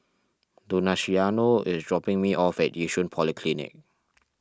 Donaciano is dropping me off at Yishun Polyclinic